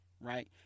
Right